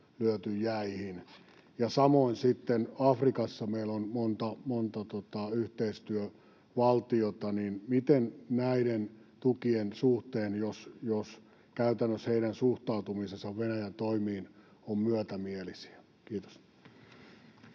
kun Afrikassa meillä on monta, monta yhteistyövaltiota, niin miten näiden tukien suhteen, jos käytännössä heidän suhtautumisensa Venäjän toimiin ovat myötämielisiä? — Kiitos.